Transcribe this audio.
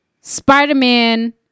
Spider-Man